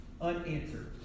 unanswered